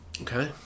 Okay